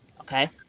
Okay